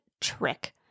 trick